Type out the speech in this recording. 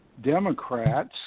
Democrats